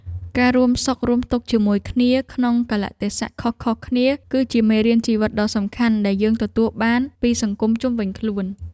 ការរួមសុខរួមទុក្ខជាមួយគ្នាក្នុងកាលៈទេសៈខុសៗគ្នា គឺជាមេរៀនជីវិតដ៏សំខាន់ដែលយើងទទួលបានពីសង្គមជុំវិញខ្លួន។